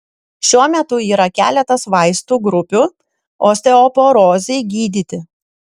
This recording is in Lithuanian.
šiuo metu yra keletas vaistų grupių osteoporozei gydyti